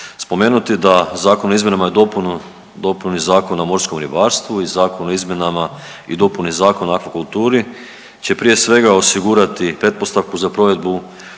spomenuti da Zakon o izmjenama i dopunu, dopuni Zakona o morskom ribarstvu i Zakon o izmjenama i dopuni Zakona o akvakulturi će prije svega osigurati pretpostavku za provedbu